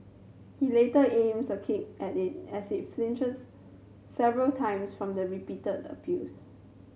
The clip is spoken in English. he later aims a kick at it as it flinches several times from the repeated abuse